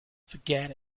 forget